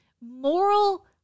moral